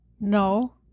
No